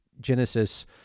Genesis